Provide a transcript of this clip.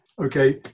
okay